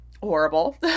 horrible